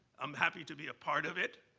i'm happy to be a part of it,